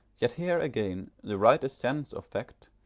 yet here again, the writer's sense of fact,